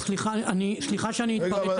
סליחה שאני מתפרץ,